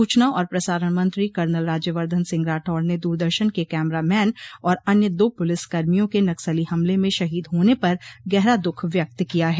सूचना और प्रसारण मंत्री कर्नल राज्यवर्धन सिंह राठौड़ ने दूरदर्शन के कैमरा मैन और अन्य दो पुलिस कर्मियों के नक्सली हमले में शहीद होने पर गहरा दुःख व्यक्त किया है